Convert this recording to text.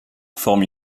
forme